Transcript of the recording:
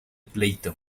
pleito